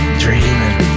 dreaming